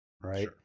right